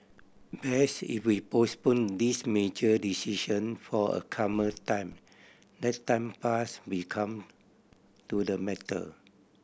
best if we postpone this major decision for a calmer time let time pass we come to the matter